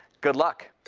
good luck.